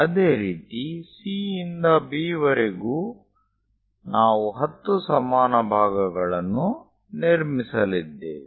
ಅದೇ ರೀತಿ C ಯಿಂದ B ವರೆಗೂ ನಾವು 10 ಸಮಾನ ಭಾಗಗಳನ್ನು ನಿರ್ಮಿಸಲಿದ್ದೇವೆ